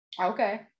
okay